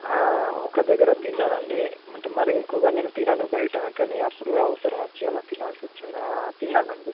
ఒక దగ్గర తిన్నాను అండి అంటే మరీ ఎక్కువగా నేను తినను బయట కానీ అప్పుడు అవసరం వచ్చి అలా తినాల్సి వచ్చింది తిన్నాను అండి